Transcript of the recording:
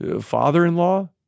father-in-law